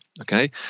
okay